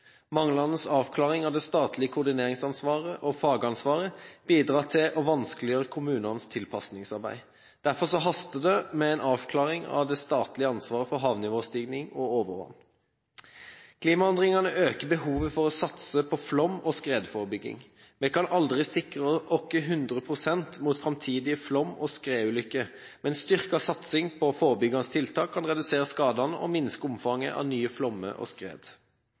Manglende avklaring av det statlige koordineringsansvaret og fagansvaret bidrar til å vanskeliggjøre kommunenes tilpasningsarbeid. Derfor haster det med en avklaring av det statlige ansvaret for havnivåstigning og overvann. Klimaendringene øker behovet for å satse på flom- og skredforebygging. Vi kan aldri sikre oss hundre prosent mot framtidige flom- og skredulykker, men styrket satsing på forebyggende tiltak kan redusere skadene og minske omfanget av nye flommer og skred.